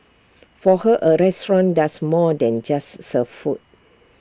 for her A restaurant does more than just serve food